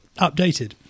updated